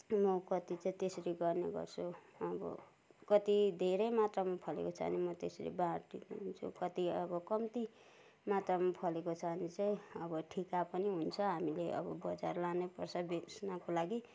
म कति चाहिँ त्यसरी गर्ने गर्छु अब कति धेरै मात्रामा फलेको छ भने म त्यसरी बाँडिदिन्छु कति अब कम्ती मात्रामा फलेको छ भने चाहिँ अब ठिका पनि हुन्छ हामीले अब बजार लानै पर्छ बेच्नको लागि